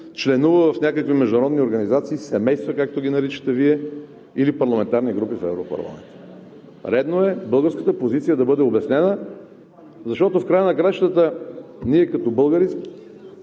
членува в някакви международни организации, семейства, както ги наричате Вие или парламентарни групи в Европарламента. Редно е българската позиция да бъде обяснена, защото в края на краищата ние като българи,